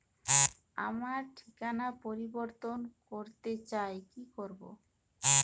আমার ঠিকানা পরিবর্তন করতে চাই কী করব?